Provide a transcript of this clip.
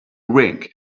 ring